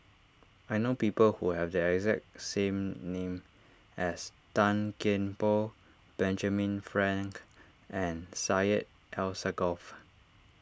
I know people who have the exact same name as Tan Kian Por Benjamin Frank and Syed Alsagoff